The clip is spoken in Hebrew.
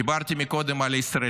דיברתי על הישראליות.